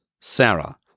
Sarah